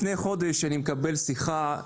לפני חודש קיבלתי שיחה,